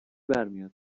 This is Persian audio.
برمیاد